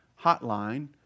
hotline